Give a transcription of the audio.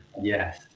Yes